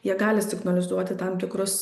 jie gali signalizuoti tam tikrus